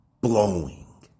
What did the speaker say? blowing